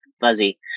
fuzzy